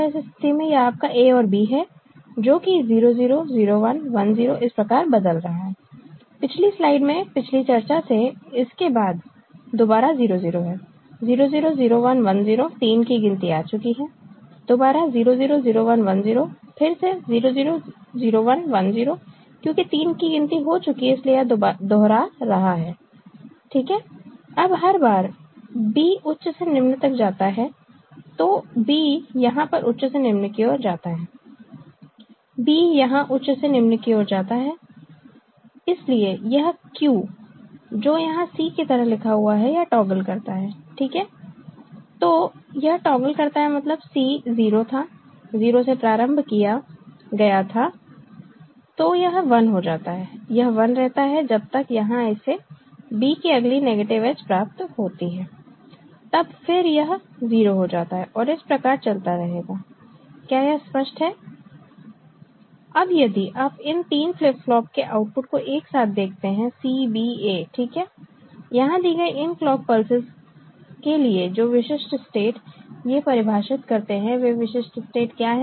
इस स्थिति में यह आपका A और B है जो कि 0 0 0 1 1 0 इस प्रकार बदल रहा है पिछली स्लाइड में पिछली चर्चा से इसके बाद दोबारा 0 0 है 0 0 0 1 1 0 3 की गिनती आ चुकी है दोबारा 0 0 0 1 1 0 फिर से 0 0 0 1 1 0 क्योंकि 3 की गिनती हो चुकी है इसलिए यह दोहरा रहा है ठीक है अब हर बार B उच्च से निम्न तक जाता है तो B यहां पर उच्च से निम्न की ओर जाता है B यहां उच्च से निम्न की ओर जाता है B यहां पर उच्च से निम्न की ओर जाता है इसलिए यह Q जो यहां C की तरह लिखा हुआ है यह टॉगल करता है ठीक है तो यह टॉगल करता है मतलब C 0 था 0 से प्रारंभ किया गया थातो यह 1 हो जाता है यह 1 रहता है जब तक यहां इसे B की अगली नेगेटिव एज प्राप्त होती है तब फिर यह 0 हो जाता है और इस प्रकार चलता रहेगा क्या यह स्पष्ट है अब यदि आप इन 3 फ्लिप फ्लॉप के आउटपुट को एक साथ देखते हैं CBA ठीक है यहां दी गई इन क्लॉक पल्सेस के लिए जो विशिष्ट स्टेट ये परिभाषित करते हैं वे विशिष्ट स्टेट क्या हैं